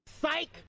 Psych